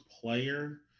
player